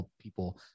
people